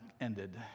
ended